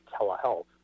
telehealth